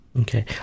Okay